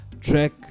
Track